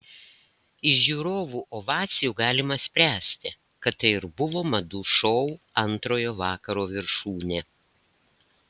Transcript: iš žiūrovų ovacijų galima spręsti kad tai ir buvo madų šou antrojo vakaro viršūnė